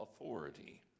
authority